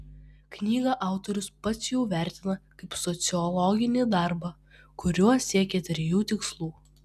knygą autorius pats jau vertina kaip sociologinį darbą kuriuo siekė trijų tikslų